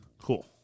Cool